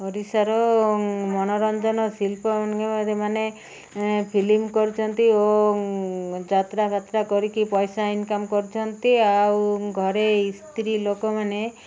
ଓଡ଼ିଶାର ମନୋରଞ୍ଜନ ଶିଳ୍ପମାନେ ଫିଲିମ୍ କରୁଛନ୍ତି ଓ ଯାତ୍ରାଫାତ୍ରା କରିକି ପଇସା ଇନକମ୍ କରୁଛନ୍ତି ଆଉ ଘରେ ସ୍ତ୍ରୀ ଲୋକମାନେ